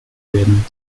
werden